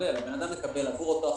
אדם מקבל עבור אותו החודש.